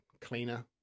cleaner